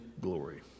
glory